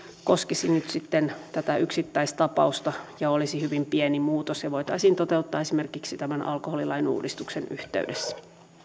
koskisi nyt sitten tätä yksittäistapausta ja olisi hyvin pieni muutos ja se voitaisiin toteuttaa esimerkiksi tämän alkoholilain uudistuksen yhteydessä